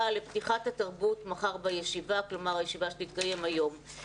לפתיחת התרבות מחר בישיבה?" (כלומר הישיבה שתתקיים היום א.פ).